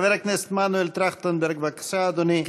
חבר הכנסת מנואל טרכטנברג, בבקשה, אדוני.